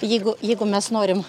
jeigu jeigu mes norim